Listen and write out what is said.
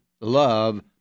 love